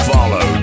Follow